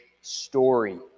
story